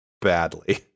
Badly